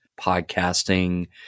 podcasting